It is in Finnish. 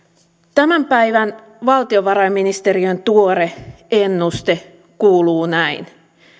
tämän päivän valtiovarainministeriön tuore ennuste kuuluu näin